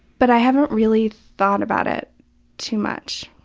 but i haven't really thought about it too much.